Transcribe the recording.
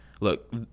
look